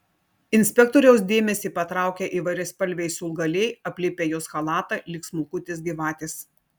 inspektoriaus dėmesį patraukia įvairiaspalviai siūlgaliai aplipę jos chalatą lyg smulkutės gyvatės